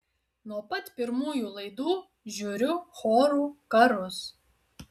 nuo pat pirmųjų laidų žiūriu chorų karus